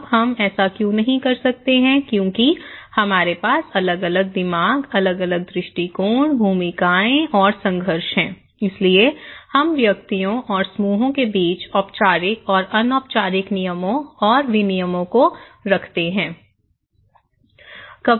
अब हम ऐसा क्यों नहीं कर सकते हैं क्योंकि हमारे पास अलग अलग दिमाग अलग अलग दृष्टिकोण भूमिकाएं और संघर्ष है इसलिए हम व्यक्तियों और समूहों के बीच औपचारिक और अनौपचारिक नियमों और विनियमों को रखते हैं